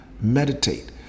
meditate